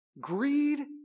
Greed